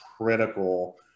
critical